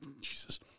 Jesus